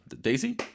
daisy